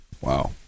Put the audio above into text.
Wow